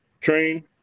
train